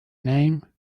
name